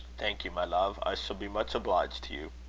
thank you, my love i shall be much obliged to you.